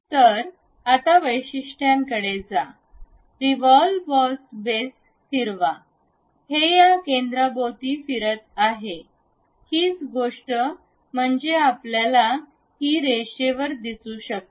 आता वैशिष्ट्यांकडे जा रिव्हॉल्व बॉस बेस फिरवा हे या केंद्राभोवती फिरत आहे हीच गोष्ट म्हणजे आपल्याला ही रेषेवर दिसू शकते